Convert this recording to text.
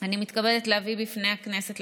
אני מתכבדת להביא בפני הכנסת,